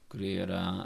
kuri yra